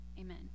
Amen